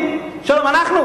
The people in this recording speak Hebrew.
שלום, לא נכון.